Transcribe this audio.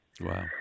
Wow